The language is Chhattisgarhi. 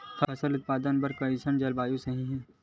फसल उत्पादन बर कैसन जलवायु चाही?